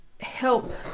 help